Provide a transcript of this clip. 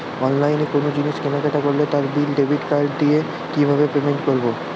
অনলাইনে কোনো জিনিস কেনাকাটা করলে তার বিল ডেবিট কার্ড দিয়ে কিভাবে পেমেন্ট করবো?